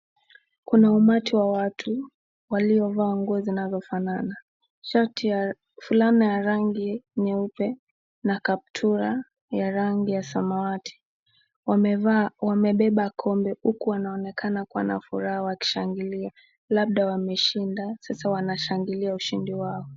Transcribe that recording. Kuna umati wa watu waliovaa nguo zinazofanana, fulana ya rangi nyeupe, na kaptura ya rangi ya samawati. Wamebeba kombe huku wanaonekana kuwa na furaha wakishangilia labda wameshinda sasa wanashangilia ushindi wao.